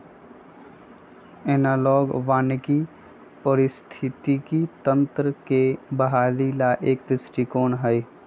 analogue वानिकी पारिस्थितिकी तंत्र के बहाली ला एक दृष्टिकोण हई